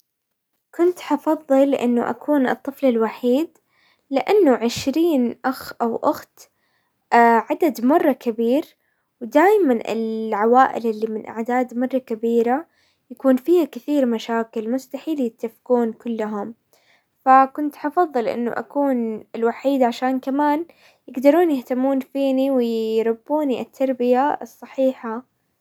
كنت حفضل انه اكون الطفل الوحيد، لانه عشرين اخ او اخت عدد مرة كبير، ودايما العوائل اللي من اعداد مرة كبيرة يكون فيها كثير مشاكل، مستحيل يتفقون كلهم، فكنت حفضل انه اكون الوحيد عشان كمان يقدرون يهتمون فيني ويربوني التربية الصحيحة.